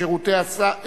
שירותי הסעד.